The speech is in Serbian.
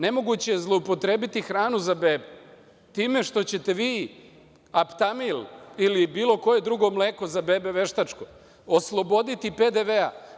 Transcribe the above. Nemoguće je zloupotrebiti hranu za bebe time što ćete vi Aptamil ili bilo koje drugo mleko za bebe veštačko osloboditi PDV-a.